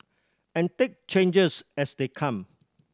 and take changes as they come